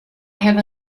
have